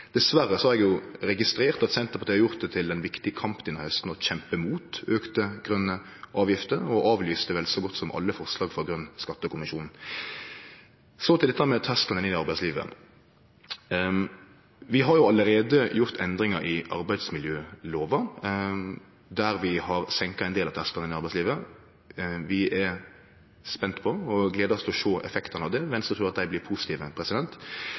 Dessverre har eg registrert at Senterpartiet har gjort det til ein viktig kamp denne hausten å kjempe mot auka grøne avgifter, og partiet avlyste vel så godt som alle forslag frå Grøn skattekommisjon. Så til dette med terskelen inn i arbeidslivet. Vi har jo allereie gjort endringar i arbeidsmiljølova, der vi har senka ein del av tersklane inn i arbeidslivet. Vi er spente på, og gler oss til å sjå, effektane av det. Venstre trur at dei blir positive.